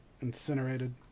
incinerated